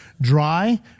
dry